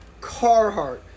Carhartt